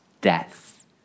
death